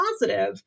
positive